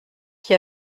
qui